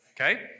Okay